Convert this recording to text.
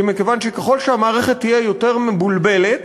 כי מכיוון שככל שהמערכת תהיה יותר מבולבלת